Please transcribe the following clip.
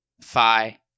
phi